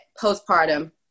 postpartum